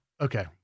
okay